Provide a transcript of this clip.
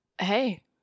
hey